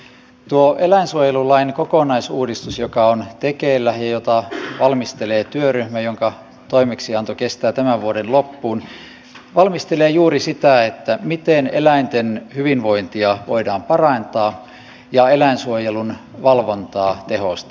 tuo eläinsuojelulain kokonaisuudistus joka on tekeillä ja jota valmistelee työryhmä jonka toimeksianto kestää tämän vuoden loppuun valmistelee juuri sitä miten eläinten hyvinvointia voidaan parantaa ja eläinsuojelun valvontaa tehostaa